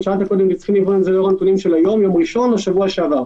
אבל לפני שבועיים,